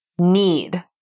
need